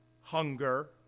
hunger